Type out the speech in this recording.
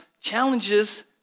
challenges